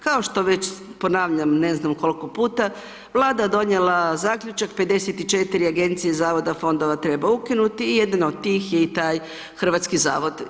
Kao što već, ponavljam ne znam koliko puta, Vlada donijela Zaključak 54 Agencije, Zavoda, Fondova treba ukinuti, jedan od tih je i taj Hrvatski zavod.